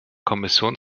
kommission